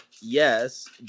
yes